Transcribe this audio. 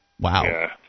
Wow